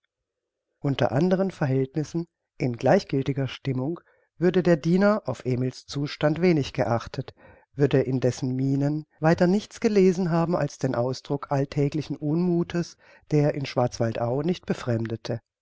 unter andern verhältnissen in gleichgiltiger stimmung würde der diener auf emil's zustand wenig geachtet würde in dessen mienen weiter nichts gelesen haben als den ausdruck alltäglichen unmuthes der in schwarzwaldau nicht befremdete